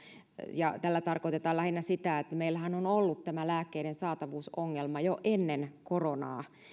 tällä tarkoitetaan lähinnä sitä että meillähän on ollut tämä lääkkeiden saatavuusongelma jo ennen koronaa